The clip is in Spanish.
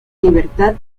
libertad